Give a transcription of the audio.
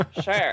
sure